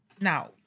Now